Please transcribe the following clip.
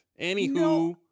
Anywho